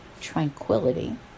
tranquility